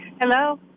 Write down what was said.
Hello